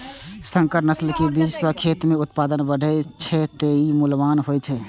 संकर नस्ल के बीज सं खेत मे उत्पादन बढ़ै छै, तें ई मूल्यवान होइ छै